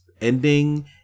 ending